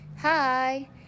Hi